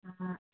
हँ